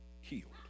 healed